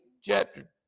chapter